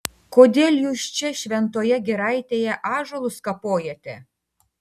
kodėl jūs čia šventoje giraitėje ąžuolus kapojate